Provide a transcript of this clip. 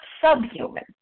subhuman